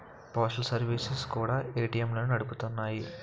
postal services కూడా ఏటీఎంలను నడుపుతున్నాయి